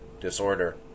disorder